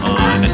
on